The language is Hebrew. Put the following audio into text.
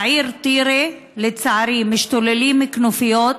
בעיר טירה, לצערי, משתוללות כנופיות,